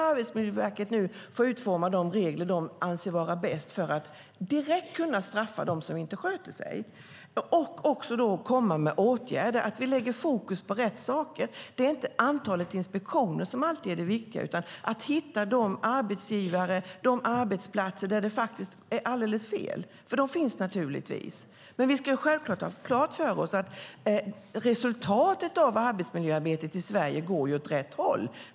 Arbetsmiljöverket får nu utforma de regler som man anser vara bäst för att direkt kunna straffa de som inte sköter sig och också vidta åtgärder. Vi ska ha fokus på rätt saker. Det är inte antalet inspektioner som alltid är det viktiga utan att hitta de arbetsgivare och de arbetsplatser där det är alldeles fel. De finns naturligtvis. Men vi ska naturligtvis ha klart för oss att resultatet av arbetsmiljöarbetet i Sverige går åt rätt håll.